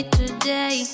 today